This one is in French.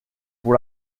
pour